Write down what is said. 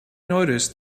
noticed